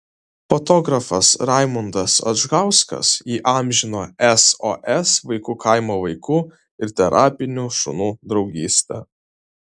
fotografas raimundas adžgauskas įamžino sos vaikų kaimo vaikų ir terapinių šunų draugystę